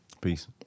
Peace